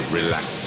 relax